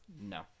No